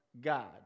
God